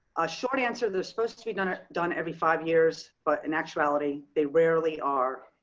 ah short answer they're supposed to be done it done every five years, but in actuality, they rarely are.